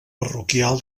parroquial